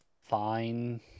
fine